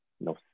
no